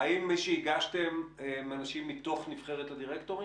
האם מי שהגשתם הם אנשים מתוך נבחרת הדירקטורים?